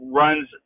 runs